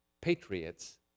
Patriots